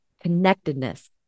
connectedness